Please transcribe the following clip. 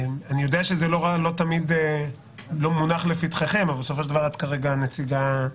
שזה לא מונח לפתחכם, אבל את כרגע הנציגה.